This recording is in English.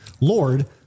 Lord